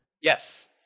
Yes